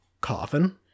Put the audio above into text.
coffin